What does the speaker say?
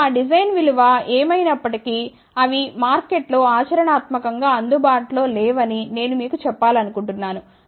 ఇప్పుడు ఆ డిజైన్ విలువ ఏమైనప్పటికీ అవి మార్కెట్ లో ఆచరణాత్మకం గా అందుబాటులో లే వని నేను మీకు చెప్పాలనుకుంటున్నాను